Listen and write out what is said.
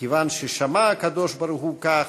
כיוון ששמע הקב"ה כך,